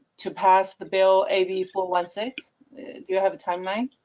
to pass the bill a b four one six? do you have a timeline?